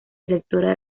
directora